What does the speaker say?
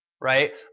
right